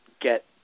get